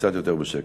קצת יותר בשקט.